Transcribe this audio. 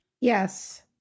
yes